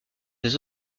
des